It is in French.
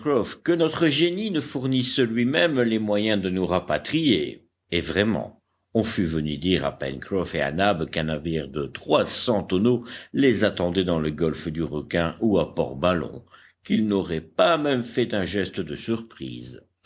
que notre génie ne fournisse lui-même les moyens de nous rapatrier et vraiment on fût venu dire à pencroff et à nab qu'un navire de trois cents tonneaux les attendait dans le golfe du requin ou à port ballon qu'ils n'auraient pas même fait un geste de surprise